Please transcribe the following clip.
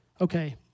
Okay